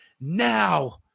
Now